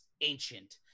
ancient